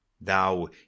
thou